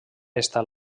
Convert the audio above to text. estat